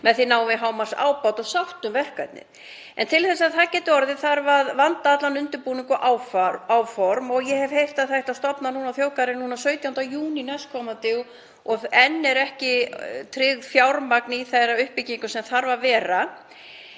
Með því náum við hámarksábata og sátt um verkefnið. En til að það geti orðið þarf að vanda allan undirbúning og áform. Ég hef heyrt að það eigi að stofna þjóðgarðinn núna 17. júní næstkomandi og enn er ekki tryggt fjármagn í þá uppbyggingu sem þarf að vera.